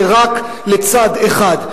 זה רק לצד אחד.